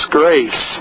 grace